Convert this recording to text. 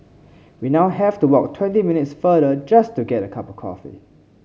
we now have to walk twenty minutes farther just to get a cup coffee